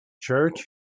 Church